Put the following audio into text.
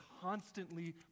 constantly